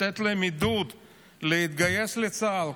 לעודד אותן להתגייס לצה"ל,